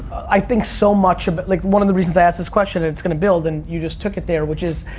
i think so much, but like, one of the reasons i asked this question, it's gonna build, and you just took it there, which is,